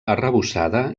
arrebossada